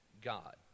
God